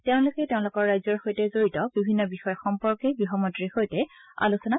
তেওঁলোকে তেওঁলোকৰ ৰাজ্যৰ সৈতে জড়িত বিভিন্ন বিষয় সম্পৰ্কে গৃহমন্ত্ৰীৰ সৈতে আলোচনা কৰে